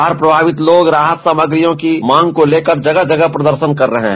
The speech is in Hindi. बाढ़ प्रभावित लोग राहत सामग्नियों की मांग को लेकर जगह जगह प्रदर्शन कर रहे हैं